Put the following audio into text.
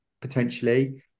Potentially